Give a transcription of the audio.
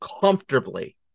comfortably